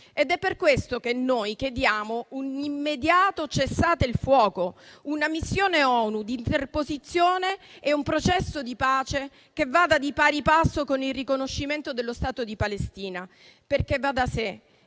ed è per questo che noi chiediamo un immediato cessate il fuoco, una missione ONU di interposizione e un processo di pace che vada di pari passo con il riconoscimento dello Stato di Palestina, perché va da sé